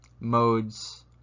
modes